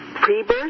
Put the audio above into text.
pre-birth